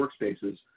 workspaces